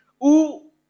ou